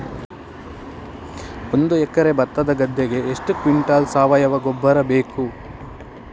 ಒಂದು ಎಕರೆ ಭತ್ತದ ಗದ್ದೆಗೆ ಎಷ್ಟು ಕ್ವಿಂಟಲ್ ಸಾವಯವ ಗೊಬ್ಬರ ಬೇಕು?